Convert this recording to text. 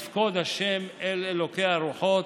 "יפקֹד ה' אלוהי הרוחֹת,